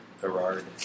Gerard